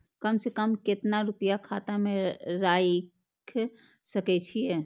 कम से कम केतना रूपया खाता में राइख सके छी?